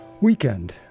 weekend